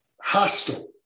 hostile